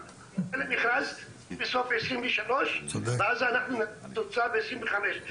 במצב הזה אנחנו נראה את התוצאה ב-2025.